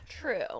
True